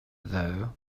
though